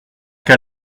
qu’à